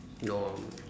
no